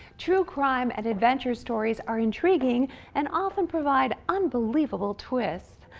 true-crime and adventure stories are intriguing and often provide unbelievable twists.